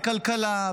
בכלכלה,